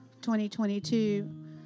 2022